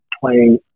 playing